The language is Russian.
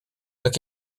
как